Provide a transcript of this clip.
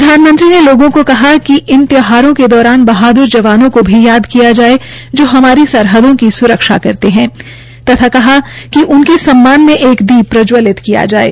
प्रधानमंत्री ने लोगों को कहा कि इन त्यौहारों के दौरान बहाद्र जवानों को भी याद किया जाये जो हमारी सरहदों की स्रक्षा करते है तथा कहा कि उनके सम्मान में एक दीप प्रज्वालित किया जाये